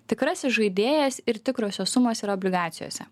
tikrasis žaidėjas ir tikrosios sumos yra obligacijose